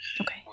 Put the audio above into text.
okay